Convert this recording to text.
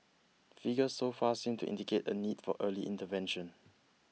figures so far seem to indicate a need for early intervention